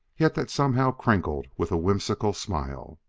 yet that somehow crinkled with a whimsical smile.